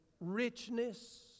richness